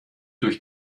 durch